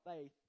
faith